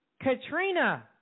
Katrina